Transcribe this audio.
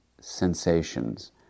sensations